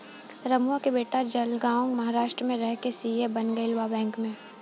रमुआ के बेटा जलगांव महाराष्ट्र में रह के सी.ए बन गईल बा बैंक में